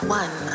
one